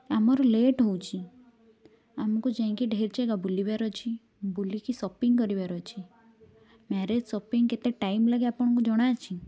ଆମର ଲେଟ ହଉଛି ଆମକୁ ଯାଇଁକି ଢେର ଜାଗା ବୁଲିବାର ଅଛି ବୁଲିକି ଶପିଙ୍ଗ କରିବାର ଅଛି ମ୍ୟାରେଜ ଶପିଙ୍ଗ କେତେ ଟାଇମ ଲାଗେ ଆପଣଙ୍କୁ ଜଣା ଅଛି